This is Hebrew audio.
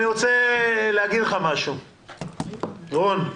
אני רוצה להגיד לך משהו, רון.